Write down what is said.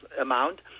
amount